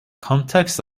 context